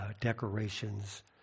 decorations